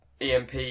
EMP